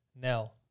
now